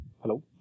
Hello